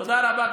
תודה רבה.